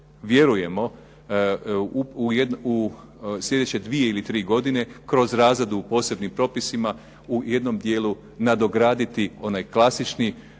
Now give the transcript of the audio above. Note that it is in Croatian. vjerujemo u sljedeće dvije ili tri godine kroz razradu posebnim propisima u jednom dijelu nadograditi ono klasično